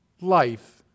life